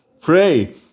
Pray